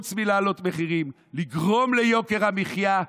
חוץ מלהעלות מחירים, לגרום ליוקר המחיה,